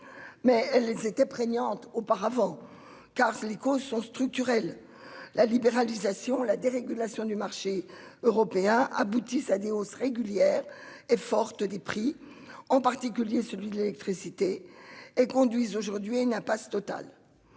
Mais elles étaient prégnante auparavant car les causes sont structurel, la libéralisation, la dérégulation du marché européen aboutissent à des hausses régulières et forte des prix, en particulier celui de l'électricité et conduisent aujourd'hui n'a pas ce total.